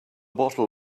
bottle